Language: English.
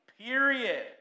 period